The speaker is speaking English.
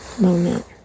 moment